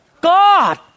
God